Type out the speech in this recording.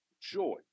joy